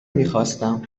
میخواستم